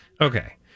Okay